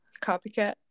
Copycat